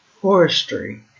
forestry